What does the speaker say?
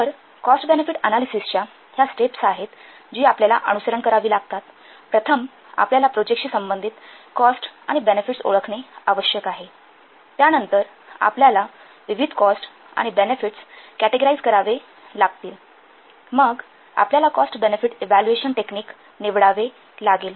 तर cost benefit अनालिसिसच्या ह्या स्टेप्स आहेत जी आपल्याला अनुसरण करावी लागतात प्रथम आपल्याला प्रोजेक्टशी संबंधित कॉस्ट आणि बेनेफिटस ओळखणे आवश्यक आहे त्यानंतर आपल्याला विविध कॉस्ट आणि बेनेफिटस कॅटेगराईझ करावे लागतील मग आपल्याला कॉस्ट बेनेफिट इव्हॅल्युएशन टेक्निक निवडावे लागेल